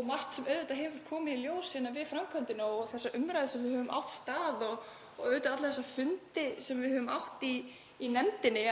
og margt sem hefur komið í ljós við framkvæmdina og þessa umræðu sem hefur átt sér stað og auðvitað alla þessa fundi sem við höfum átt í nefndinni